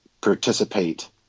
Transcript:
participate